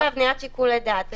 זה מתקשר להבניית שיקול הדעת.